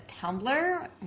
Tumblr